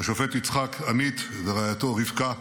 השופט יצחק עמית ורעייתו רבקה,